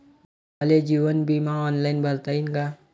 मले जीवन बिमा ऑनलाईन भरता येईन का?